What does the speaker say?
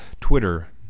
Twitter